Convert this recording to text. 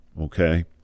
Okay